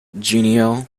genial